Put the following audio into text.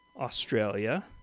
Australia